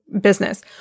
business